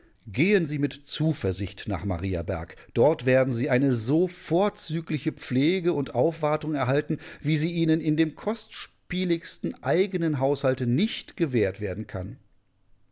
gehen sie mit zuversicht nach mariaberg dort werden sie eine so vorzügliche pflege und aufwartung erhalten wie sie ihnen in dem kostspieligsten eigenen haushalte nicht gewährt werden kann